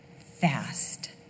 fast